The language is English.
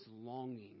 longing